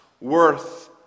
worth